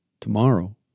tomorrow